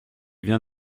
vient